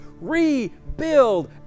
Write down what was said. rebuild